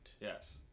Yes